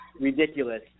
ridiculous